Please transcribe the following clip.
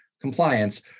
compliance